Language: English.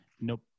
Nope